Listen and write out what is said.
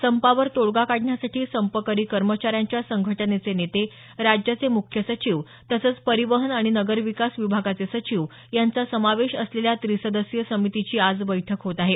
संपावर तोडगा काढण्यासाठी संपकरी कर्मचाऱ्यांच्या संघटनेचे नेते राज्याचे मुख्य सचिव तसंच परिवहन आणि नगर विकास विभागाचे सचिव यांचा समावेश असलेल्या त्रीसदस्यीय समितीची आज बैठक होत आहे